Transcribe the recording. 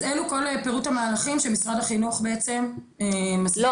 אז אלו כל פירוט המהלכים שמשרד החינוך בעצם -- לא,